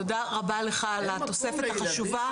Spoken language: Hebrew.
תודה רבה לך על התוספת החשובה.